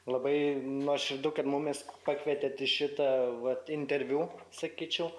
labai nuoširdu kad mumis pakvietėt šitą vat interviu sakyčiau